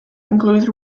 includes